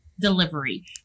delivery